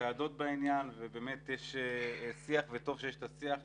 בוועדות בעניין ויש שיח וטוב שיש שיח.